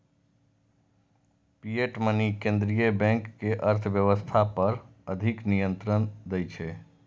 fiat money केंद्रीय bank कें अर्थव्यवस्था पर अधिक नियंत्रण दै छै